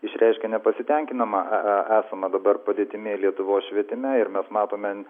išreiškė nepasitenkinimą esama dabar padėtimi lietuvos švietime ir mes matome